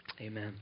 Amen